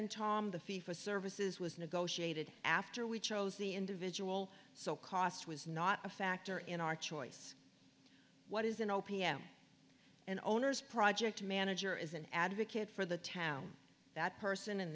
and tom the fee for services was negotiated after we chose the individual so cost was not a factor in our choice what is an o p m an owner's project manager is an advocate for the town that person in